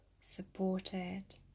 supported